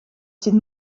sydd